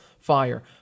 Fire